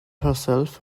herself